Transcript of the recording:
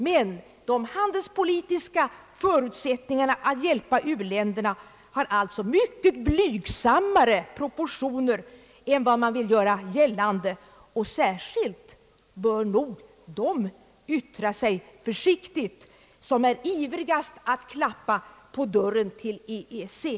Men de handelspolitiska förutsättningarna att hjälpa u-länderna har mycket blygsammare proportioner än vad man vill göra gällande. Särskilt bör nog de yttra sig försiktigt som är ivrigast att klappa på dörren till EEC.